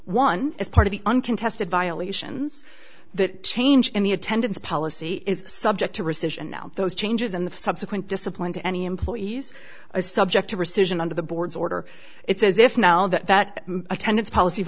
one is part of the uncontested violations that change in the attendance policy is subject to rescission now those changes in the subsequent discipline to any employees a subject to rescission under the board's order it's as if now that attendance policy